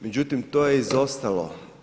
Međutim to je izostalo.